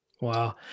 wow